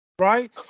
Right